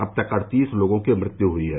अब तक अड़तीस लोगों की मृत्यु हुई है